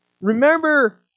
Remember